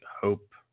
hope